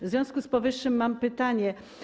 W związku z powyższym mam pytanie.